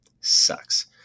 sucks